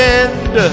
end